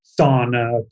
sauna